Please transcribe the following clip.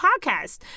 Podcast